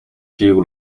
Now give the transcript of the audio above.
few